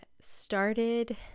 started